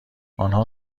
آنها